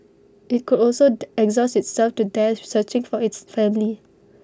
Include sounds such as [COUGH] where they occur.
IT could also [UNINTELLIGIBLE] exhaust itself to death searching for its family